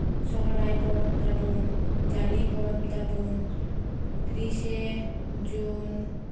ᱥᱚᱦᱚᱨᱟᱭ ᱯᱚᱨᱚᱵ ᱛᱟᱵᱚᱱ ᱡᱟᱞᱮ ᱯᱚᱨᱚᱵ ᱛᱟᱵᱚᱱ ᱛᱨᱤᱥᱮ ᱡᱩᱱ